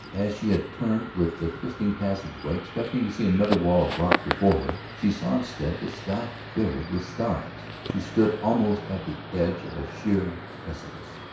as she had turned with the twisting passageway, expecting to see another wall of rock before her, she saw instead the sky filled with stars. she stood almost at the edge of a sheer precipice.